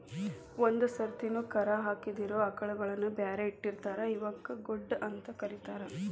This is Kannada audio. ಒಂದ್ ಸರ್ತಿನು ಕರಾ ಹಾಕಿದಿರೋ ಆಕಳಗಳನ್ನ ಬ್ಯಾರೆ ಇಟ್ಟಿರ್ತಾರ ಇವಕ್ಕ್ ಗೊಡ್ಡ ಅಂತ ಕರೇತಾರ